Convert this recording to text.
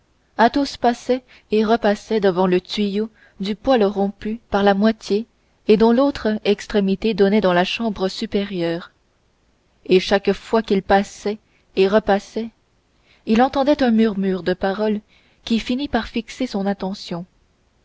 promenant athos passait et repassait devant le tuyau du poêle rompu par la moitié et dont l'autre extrémité donnait dans la chambre supérieure et à chaque fois qu'il passait et repassait il entendait un murmure de paroles qui finit par fixer son attention